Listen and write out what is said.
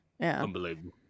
Unbelievable